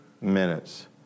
minutes